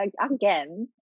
Again